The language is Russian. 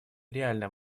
реальная